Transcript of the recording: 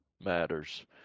matters